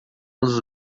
los